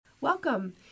Welcome